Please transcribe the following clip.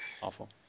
Awful